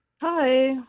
Hi